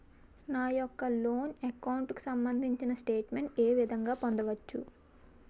నా యెక్క loan account కు సంబందించిన స్టేట్ మెంట్ ఏ విధంగా పొందవచ్చు?